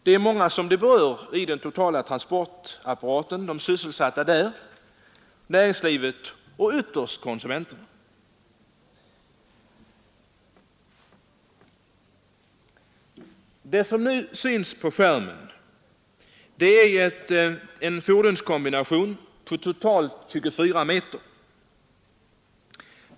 Det är många detta berör i den totala transportapparaten: de där sysselsatta, näringslivet och ytterst konsumenterna. Det fordon vi nu ser på intern-TV-skärmen är en fordonskombination på totalt 24 meter.